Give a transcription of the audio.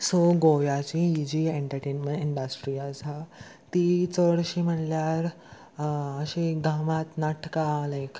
so गोव्याची ही जी एण्टर्टेन्मेंट इंडस्ट्री आसा ती चडशी म्हणल्यार अशीं गांवांत नाटकां लायक